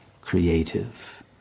creative